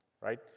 right